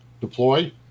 deploy